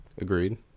Agreed